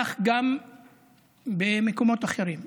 כך גם במקומות אחרים.